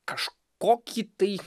kažkokį tai